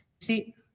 See